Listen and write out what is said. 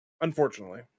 Unfortunately